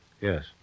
Yes